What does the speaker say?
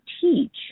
teach